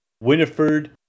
Winifred